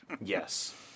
Yes